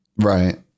Right